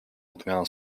odmianą